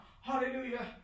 Hallelujah